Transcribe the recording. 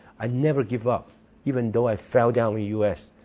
i never give up even though i fell down in u s.